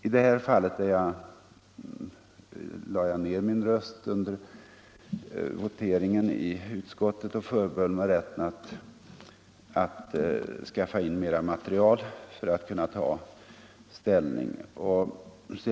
I detta fall lade jag ned min röst under voteringen i utskottet och förbehöll mig rätten att skaffa in mera material för att kunna ta ställning.